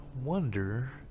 wonder